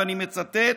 ואני מצטט,